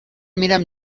میرم